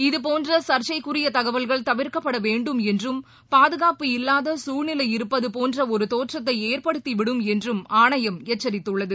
இதுபோன்ற சர்ச்சைக்குரிய தகவல்கள் தவிர்க்கப்பட வேண்டும் என்றும் பாதுகாப்பு இல்லாத சூழ்நிலை இருப்பது போன்ற ஒரு பதோற்றத்தை ஏற்படுத்திவிடும் என்றும் ஆணையம் எச்சரித்துள்ளது